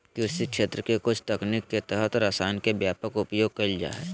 कृषि क्षेत्र के कुछ तकनीक के तहत रसायन के व्यापक उपयोग कैल जा हइ